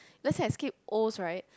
let's say I skip Os right